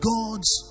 God's